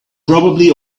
probably